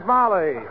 Molly